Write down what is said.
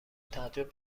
تعجب